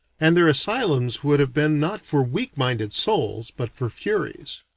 and their asylums would have been not for weak-minded souls, but for furies.